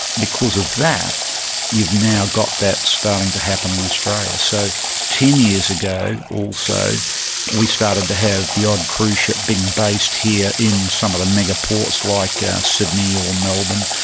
because of that you've now got that starting to happen in australia. so ten years ago also we started to have the odd cruise ship being based here in some of the mega-ports like sydney or melbourne,